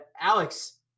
alex